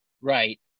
right